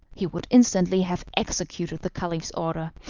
he would instantly have executed the caliph's order,